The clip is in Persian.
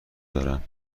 دارم